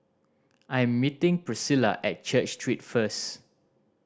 I am meeting Priscila at Church Street first